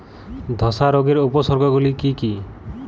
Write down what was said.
ধসা রোগের উপসর্গগুলি কি কি?